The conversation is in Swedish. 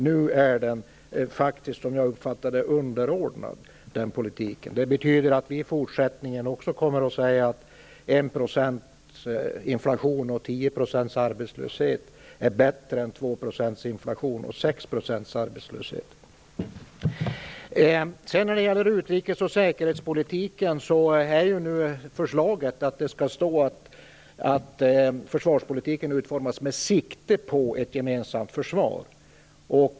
Nu är denna politik faktiskt underordnad, som jag uppfattar det. Det betyder att vi i fortsättningen också kommer att säga att 1 % inflation och 10 % arbetslöshet är bättre än 2 % inflation och 6 % arbetslöshet. När det gäller utrikes och säkerhetspolitiken är nu förslaget att det skall stå att försvarspolitiken skall utformas med sikte på ett gemensamt försvar.